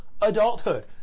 adulthood